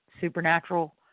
supernatural